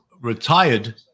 retired